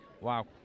Wow